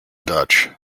dutch